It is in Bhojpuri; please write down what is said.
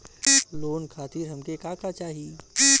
लोन खातीर हमके का का चाही?